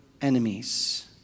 enemies